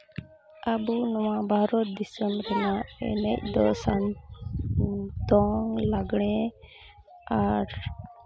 ᱟᱵᱚ ᱱᱚᱣᱟ ᱵᱷᱟᱨᱚᱛ ᱫᱤᱥᱚᱢ ᱨᱮᱱᱟᱜ ᱮᱱᱮᱡ ᱫᱚ ᱫᱚᱝ ᱞᱟᱜᱽᱲᱮ ᱟᱨ